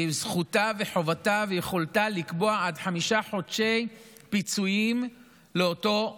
זכותה וחובתה ויכולתה לקבוע עד חמישה חודשי פיצויים לאותו עובד.